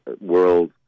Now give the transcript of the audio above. world